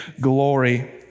glory